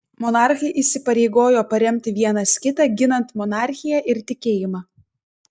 monarchai įsipareigojo paremti vienas kitą ginant monarchiją ir tikėjimą